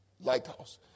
lighthouse